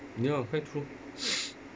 ya quite true